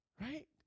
right